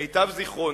למיטב זיכרוני,